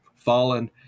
Fallen